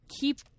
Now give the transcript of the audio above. keep